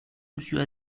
monsieur